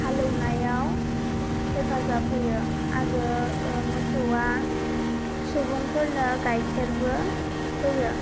हालेवनायाव हेफाजाब होयो आरो मोसौआ सुबुंफोरनो गायखेरबो होयो